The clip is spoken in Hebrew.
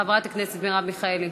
חברת הכנסת מרב מיכאלי,